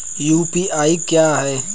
UPI क्या है?